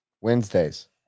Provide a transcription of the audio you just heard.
Wednesdays